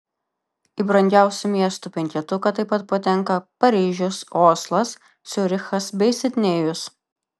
į brangiausių miestų penketuką taip pat patenka paryžius oslas ciurichas bei sidnėjus